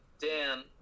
Dan